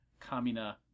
Kamina